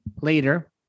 later